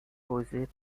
posés